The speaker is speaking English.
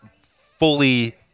fully